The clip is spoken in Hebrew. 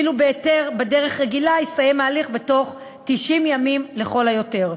ואילו בהיתר בדרך רגילה יסתיים ההליך בתוך 90 ימים לכל היותר.